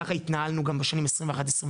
ככה התנהלנו גם בשנים 21-22,